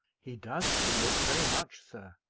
he does feel it very much, sir.